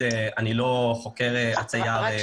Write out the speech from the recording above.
אני לא חוקר עצי יער ולא לומד